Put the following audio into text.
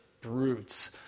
brutes